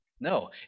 No